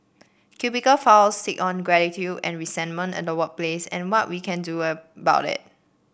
cubicle files sit on gratitude and resentment and the workplace and what we can do about it